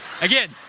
Again